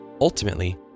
Ultimately